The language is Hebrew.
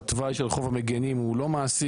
שהתוואי של רחוב המגינים הוא לא מעשי.